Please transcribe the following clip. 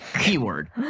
keyword